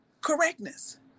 correctness